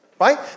right